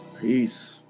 Peace